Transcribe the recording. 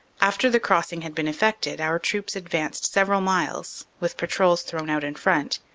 after the crossing had been effected, our troops advanced several miles, with patrols thrown out in front,